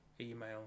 email